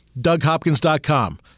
DougHopkins.com